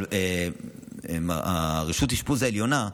אבל רשות האשפוז העליונה,